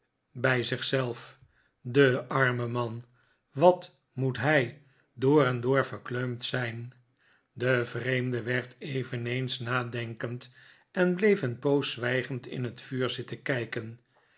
bij zich zelf de arme man wat moet hij door en door verkleumd zijn de vreemde werd eveneens nadenkend en bleef een poos zwijgend in het vuur zitten kijken